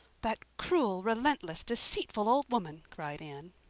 that cruel, relentless, deceitful old woman! cried anne.